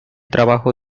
trabajo